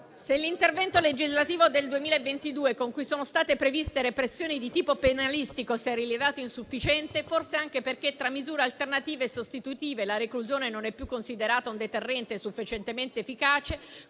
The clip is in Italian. Se l'intervento legislativo del 2022, con cui sono state previste repressioni di tipo penalistico si è rivelato insufficiente, forse è anche perché tra misure alternative e sostitutive la reclusione non è più considerata un deterrente sufficientemente efficace.